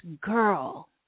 girl